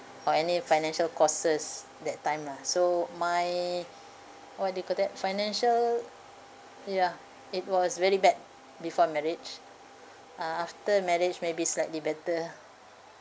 or any financial courses that time ah so my what do you call that financial ya it was very bad before marriage uh after marriage may be slightly better ah